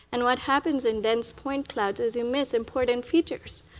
and what happens in dense point clouds is you miss important features.